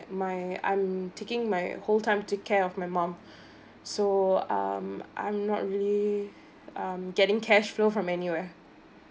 my I'm taking my whole time to take care of my mom so um I'm not really um getting cash flow from anywhere